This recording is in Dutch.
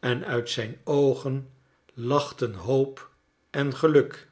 en uit zijn oogen lachten hoop en geluk